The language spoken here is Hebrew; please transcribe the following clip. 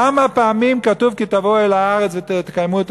כמה פעמים כתוב "כי תבואו אל הארץ" ותקיימו את